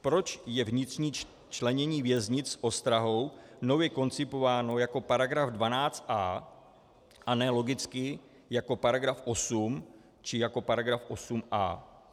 Proč je vnitřní členění věznic s ostrahou nově koncipováno jako § 12a, a ne logicky jako § 8 či jako § 8a?